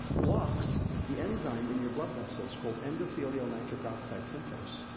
blocks the enzyme in your blood vessels called endothelial nitric oxide synthase.